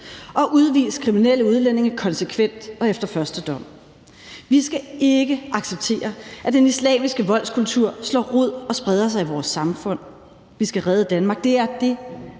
og udvis kriminelle udlændinge konsekvent og efter første dom. Vi skal ikke acceptere, at den islamiske voldskultur slår rod og spreder sig i vores samfund. Vi skal redde Danmark. Det er det,